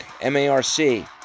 M-A-R-C